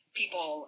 people